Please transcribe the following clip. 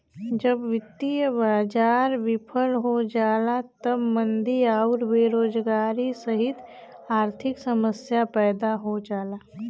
जब वित्तीय बाजार विफल हो जाला तब मंदी आउर बेरोजगारी सहित आर्थिक समस्या पैदा हो जाला